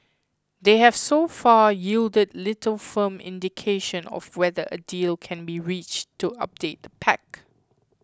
they have so far yielded little firm indication of whether a deal can be reached to update the pact